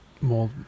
more